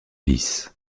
lisse